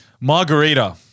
Margarita